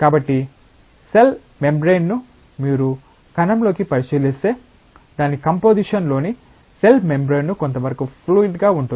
కాబట్టి cell membrane ను మీరు కణంలోకి పరిశీలిస్తే దాని కంపోసిషన్ లోని సెల్ మెంబ్రేన్ ను కొంతవరకు ఫ్లూయిడ్ గా ఉంటుంది